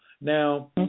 Now